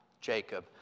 Jacob